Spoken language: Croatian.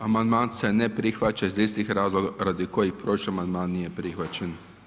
Amandman se ne prihvaća iz istih razloga radi kojih prošli amandman nije prihvaćen.